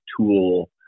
tool